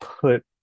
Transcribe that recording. put